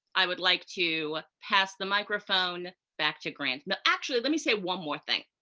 i would like to pass the microphone back to grant. but actually, let me say one more thing.